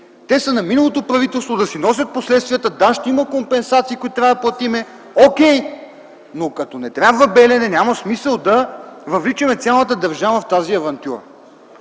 са на миналото правителство – да си носят последствията, да, ще има компенсации, които трябва да платим, о кей, но ако не трябва „Белене”, няма смисъл да въвличаме цялата държава в тази авантюра!